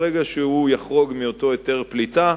ברגע שהוא יחרוג מהיתר הפליטה,